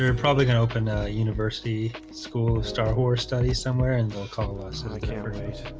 and probably gonna open a university school star horse study somewhere and they'll call us and i can't repeat